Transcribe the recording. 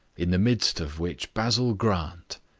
in the midst of which basil grant,